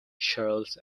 shells